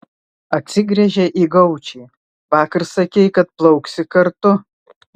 atsigręžė į gaučį vakar sakei kad plauksi kartu